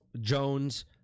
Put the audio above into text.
Jones